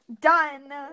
done